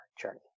journey